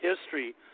history